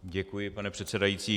Děkuji, pane předsedající.